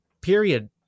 period